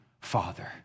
father